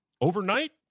overnight